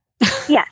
Yes